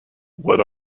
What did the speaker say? what